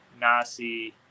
Nasi